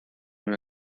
una